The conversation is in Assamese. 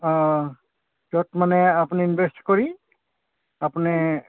অঁ য'ত মানে আপুনি ইনভেষ্ট কৰি আপুনি